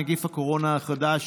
נגיף הקורונה החדש),